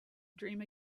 dream